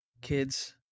Kids